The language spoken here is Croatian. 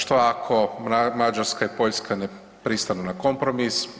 Što ako Mađarska i Poljska ne pristanu na kompromis?